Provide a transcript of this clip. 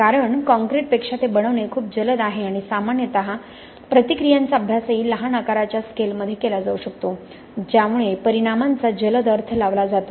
कारण कॉंक्रिटपेक्षा ते बनवणे खूप जलद आहे आणि सामान्यत प्रतिक्रियांचा अभ्यासही लहान आकाराच्या स्केलमध्ये केला जाऊ शकतो ज्यामुळे परिणामांचा जलद अर्थ लावला जातो